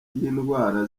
y’indwara